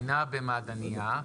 גבינה במעדנייה,